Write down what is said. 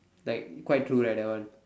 like quite true right that one